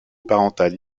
parental